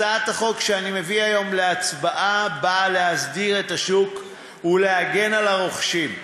הצעת החוק שאני מביא היום להצבעה באה להסדיר את השוק ולהגן על הרוכשים.